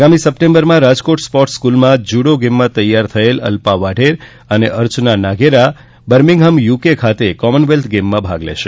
આગામી સપ્ટેમ્બરમાં રાજકોટ સ્પોર્ટ્સ સ્કૂલમાં જુડો ગેમમાં તેયાર થયેલ અલ્પા વાઢેર અને અર્ચના નાઘેરા ર્બમિંગહામ યુકે ખાતે કોમન વેલ્થ ગેમ્સમાં ભાગ લેશે